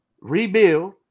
rebuild